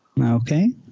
Okay